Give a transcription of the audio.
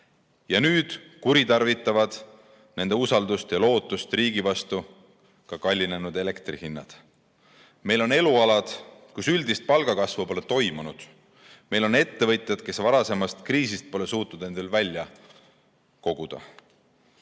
Ja nüüd kuritarvitavad nende lootust ja usaldust riigi vastu ka kallinenud elektri hinnad. Meil on elualad, kus üldist palgakasvu pole toimunud. Meil on ettevõtjad, kes varasemast kriisist pole veel suutnud end koguda.